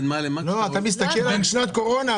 אתה מסתכל על שנת קורונה.